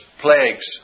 plagues